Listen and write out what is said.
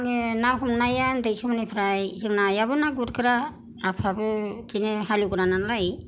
आंगो ना हमनाया उनदै समनिफ्राय जों नायाबो ना गुरग्रा आफाबो बिदिनो हेलेवग्रा नालय